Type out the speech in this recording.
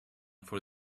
for